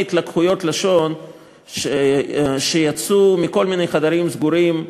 התחלקויות לשון שיצאו מכל מיני חדרים סגורים.